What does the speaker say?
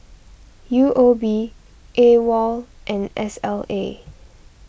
U O B Awol and S L A